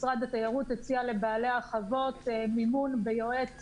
משרד התיירות הציע לבעלי החוות מימון ביועץ